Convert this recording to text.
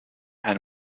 and